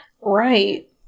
Right